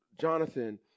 Jonathan